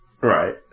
right